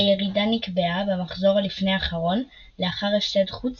הירידה נקבעה במחזור הלפני האחרון לאחר הפסד חוץ